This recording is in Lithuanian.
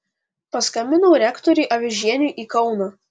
paskambinau rektoriui avižieniui į kauną